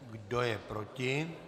Kdo je proti?